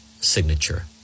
signature